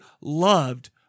loved